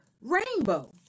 Rainbow